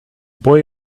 boy